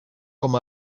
com